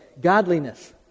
Godliness